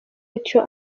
bityo